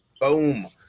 Boom